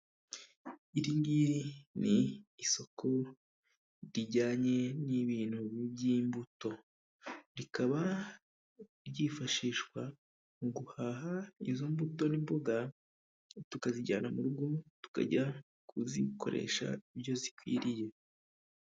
Iri ngiri ni isoko rijyanye n'ibintu by'imbuto. Rikaba ryifashishwa mu guhaha izo mbuto n'imboga, tukazijyana mu rugo tukajya kuzikoresha ibyo zikwiriye.